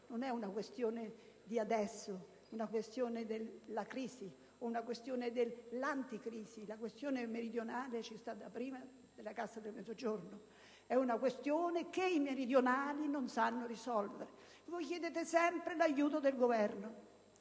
non è questione di oggi, della crisi o dell'anti-crisi: la questione meridionale c'è da prima della Cassa per il Mezzogiorno. È una questione che i meridionali non sanno risolvere. Voi chiedete sempre l'aiuto del Governo,